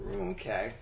Okay